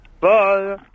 Bye